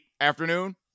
afternoon